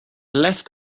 left